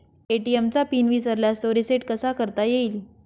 ATM चा PIN विसरल्यास तो रिसेट कसा करता येईल?